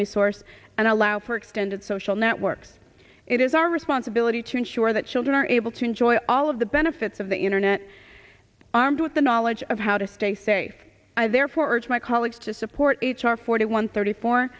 resource and allow for extended social networks it is our responsibility to ensure that children are able to enjoy all of the benefits of the internet armed with the knowledge of how to stay safe there forged my college to support h r forty one thirty four